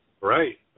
Right